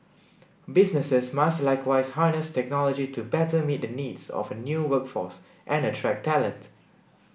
businesses must likewise harness technology to better meet the needs of a new workforce and attract talent